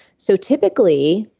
so typically,